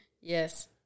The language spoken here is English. Yes